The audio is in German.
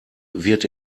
wird